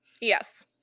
Yes